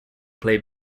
play